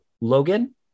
Logan